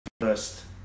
first